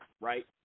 right